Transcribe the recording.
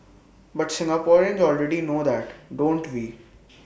but Singaporeans already know that don't we